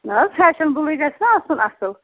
نہٕ حظ فیشَنبٕلٕے گژھِ نَہ آسُن اَصٕل